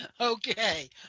Okay